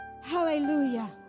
Hallelujah